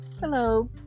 Hello